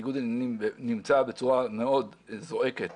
ניגוד העניינים נמצא בצורה מאוד זועקת